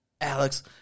alex